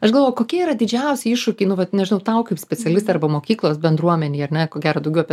aš galvoju kokie yra didžiausi iššūkiai nu vat nežinau tau kaip specialistei arba mokyklos bendruomenei ar ne ko gero daugiau apie